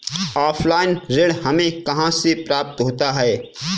Offline ऋण हमें कहां से प्राप्त होता है?